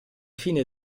fine